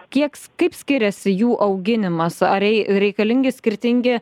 kiek kaip skiriasi jų auginimas ar rei reikalingi skirtingi